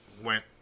went